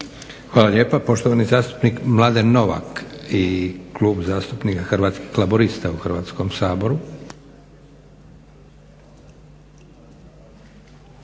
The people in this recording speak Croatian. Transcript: Hvala lijepa. Poštovani zastupnik Mladen Novak i Klub zastupnika Hrvatskih laburista u Hrvatskom saboru.